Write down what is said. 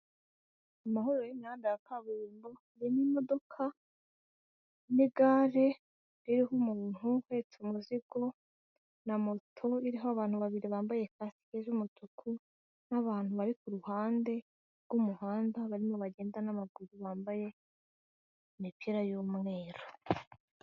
Amahuriro y'imihanda ya kaburimbo, harimo imodoka n'igare ririho umuntu uhetse umuzigo na moto iriho abantu babiri bambaye kasike z'umutuku n'abantu bari ku ruhande rw'umuhanda, barimo bagenda n'amaguru bambaye imipira y'umweru.